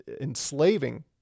enslaving